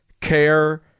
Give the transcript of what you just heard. CARE